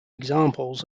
examples